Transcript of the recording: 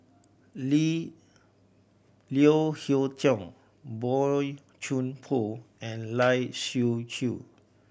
Leo Hee Tong Boey Chuan Poh and Lai Siu Chiu